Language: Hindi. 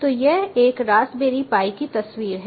तो यह एक रास्पबेरी पाई की तस्वीर है